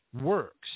works